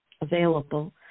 available